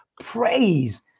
praise